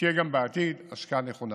תהיה גם בעתיד השקעה נכונה.